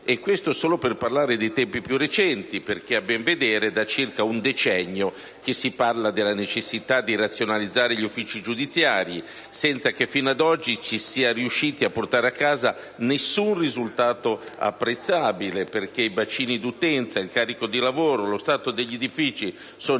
Questo, solo per parlare dei tempi più recenti, perché a ben vedere è da circa un decennio che si parla della necessità di razionalizzare gli uffici giudiziari, senza che fino ad oggi si sia riusciti a portare a casa alcun risultato apprezzabile. Ritengo infatti che i bacini di utenza, il carico di lavoro e lo stato degli edifici siano importanti,